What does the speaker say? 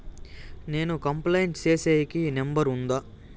నేను కంప్లైంట్ సేసేకి నెంబర్ ఉందా?